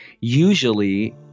Usually